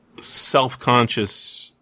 self-conscious